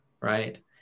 Right